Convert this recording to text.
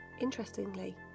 Interestingly